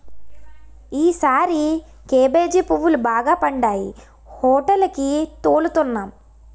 ఈసారి కేబేజీ పువ్వులు బాగా పండాయి హోటేలికి తోలుతన్నాం